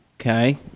Okay